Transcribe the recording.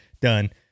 done